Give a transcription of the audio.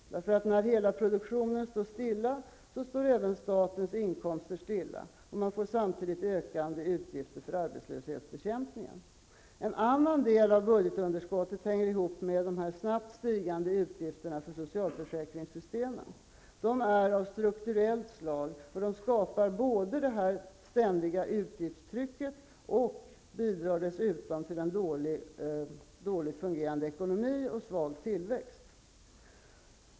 När hela produktionen står stilla står även statens inkomster stilla, och man får samtidigt ökande utgifter för arbetslöshetsbekämpningen. En annan del av budgetunderskottet hänger ihop med de snabbt stigande utgifterna för socialförsäkringssystemen. De är av strukturellt slag och skapar ett ständigt utgiftstryck och bidrar dessutom till en dåligt fungerande ekonomi och svag tillväxt.